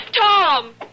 Tom